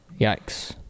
yikes